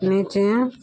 नीचे